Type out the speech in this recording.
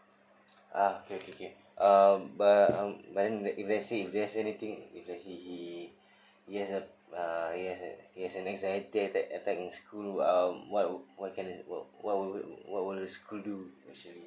uh okay okay okay um but um when if let's say if let's say anything he he he has uh he has anxiety attack attack in school um what what can what will what will school do actually